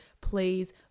please